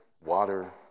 water